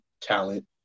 talent